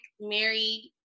mary